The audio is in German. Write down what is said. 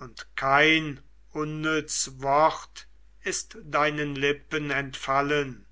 und kein unnütz wort ist deinen lippen entfallen